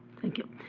thank you.